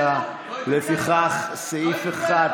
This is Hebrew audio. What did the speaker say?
55. לפיכך סעיף 1,